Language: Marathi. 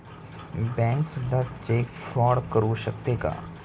बँक सुद्धा चेक फ्रॉड करू शकते का?